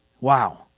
Wow